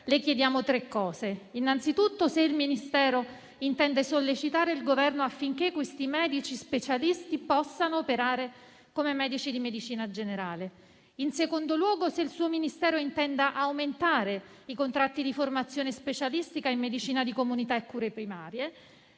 le chiediamo tre cose: innanzitutto se il Ministero intende sollecitare il Governo affinché questi medici specialisti possano operare come medici di medicina generale; in secondo luogo, se il suo Ministero intenda aumentare i contratti di formazione specialistica e medicina di comunità e cure primarie;